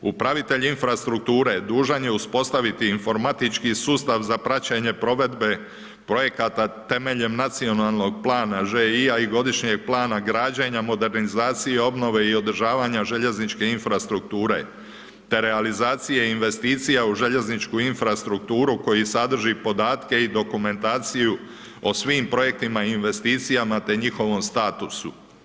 Upravitelj infrastrukture, dužan je uspostaviti informatički sustav za praćenje provedbe projekata temeljem nacionalnog plana ŽI-a i godišnjeg plana građenja modernizacije, obnove i održavanje željezničke infrastrukture, te realizacije i investicija u željezničku infrastrukturu koji sadrži podatke i dokumentaciju o svim projektima i investicija te njihovom statusu.